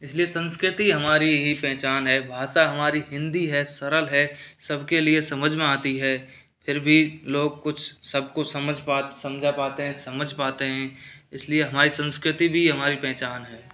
इसलिए संस्कृति हमारी ही पहचान है भाषा हमारी हिन्दी है सरल है सबके लिए समझ में आती है फिर भी लोग कुछ सब कुछ समझ पाते समझा पाते है समझ पाते है इसलिए हमारी संस्कृति भी हमारी पहचान है